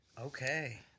Okay